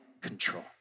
control